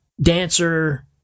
dancer